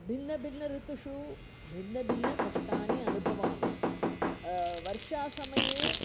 भिन्नभिन्नऋतुषु भिन्नभिन्नकष्टानि अनुभवामि वर्षासमये